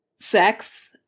sex